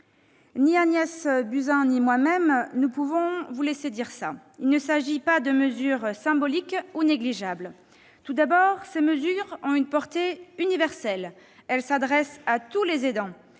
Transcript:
Ni Agnès Buzyn ni moi ne pouvons laisser dire cela. Il ne s'agit pas de mesures symboliques ou négligeables. Tout d'abord, ces mesures ont une portée universelle : elles s'adressent à tous les aidants,